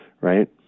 right